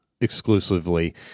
exclusively